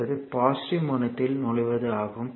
என்பது பாசிட்டிவ் முனையத்தில் நுழைவது ஆகும்